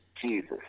Jesus